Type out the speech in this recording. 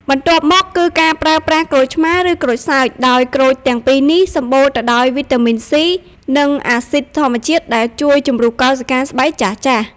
បន្ទាប់មកគឺ ការប្រើប្រាស់ក្រូចឆ្មារ ឬក្រូចសើច ដោយក្រូចទាំងពីរនេះសម្បូរទៅដោយវីតាមីន សុី (C) និងអាស៊ីដធម្មជាតិដែលជួយជម្រុះកោសិកាស្បែកចាស់ៗ។